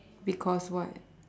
because what